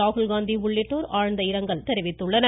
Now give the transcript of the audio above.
ராகுல் காந்தி உள்ளிட்டோர் ஆழ்ந்த இரங்கல் தெரிவித்துள்ளனர்